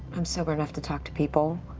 i'm sober enough to talk to people.